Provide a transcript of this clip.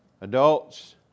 adults